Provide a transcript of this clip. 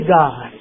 God